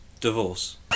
Divorce